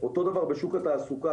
אותו דבר בשוק התעסוקה,